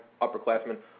Upperclassmen